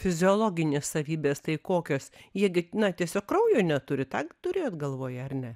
fiziologinės savybės tai kokios jie gi na tiesiog kraujo neturi tą turėjot galvoje ar ne